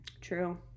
True